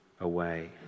away